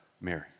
Mary